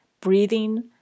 breathing